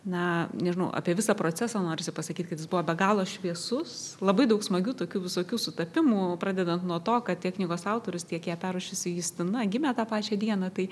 na nežinau apie visą procesą norisi pasakyt kad jis buvo be galo šviesus labai daug smagių tokių visokių sutapimų pradedant nuo to kad tiek knygos autorius tiek ją perrašiusi justina gimę tą pačią dieną tai